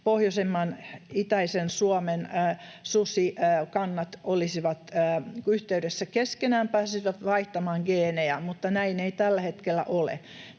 pohjoisemman, itäisen Suomen susikannat olisivat yhteydessä keskenään, pääsisivät vaihtamaan geenejä, mutta näin ei tällä hetkellä ole.